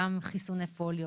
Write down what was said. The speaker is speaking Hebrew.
גם חיסוני פוליו,